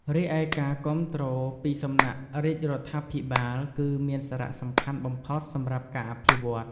រីឯការគាំទ្រពីសំណាក់រាជរដ្ឋាភិបាល គឺមានសារៈសំខាន់បំផុតសម្រាប់ការអភិវឌ្ឍន៍។